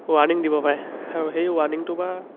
warning দিব পাৰে আৰু সেই ৱাৰ্ণিংটোৰ পৰা